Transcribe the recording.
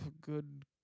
good